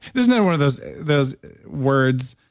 that's another one of those those words.